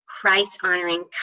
Christ-honoring